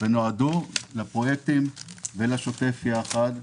שנועדו לפרויקטים ולשוטף ביחד.